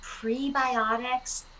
prebiotics